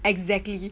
exactly